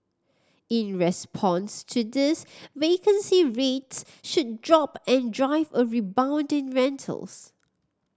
in response to this vacancy rates should drop and drive a rebound in rentals